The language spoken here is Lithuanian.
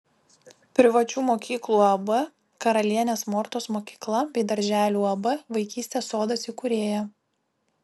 privačių mokyklų uab karalienės mortos mokykla bei darželių uab vaikystės sodas įkūrėja